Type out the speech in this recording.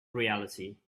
reality